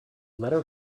letter